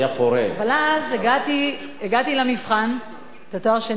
אבל אז הגעתי למבחן, איפה עשית תואר שני במשפטים?